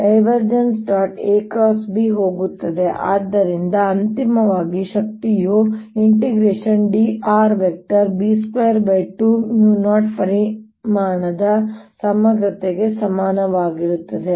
AB ಹೋಗುತ್ತದೆ ಆದ್ದರಿಂದ ಅಂತಿಮವಾಗಿ ಶಕ್ತಿಯು dr B220 ಪರಿಮಾಣದ ಸಮಗ್ರತೆಗೆ ಸಮನಾಗಿರುತ್ತದೆ